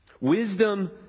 Wisdom